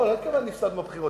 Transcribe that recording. לא, לא התכוונתי שהפסדנו בבחירות.